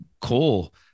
cool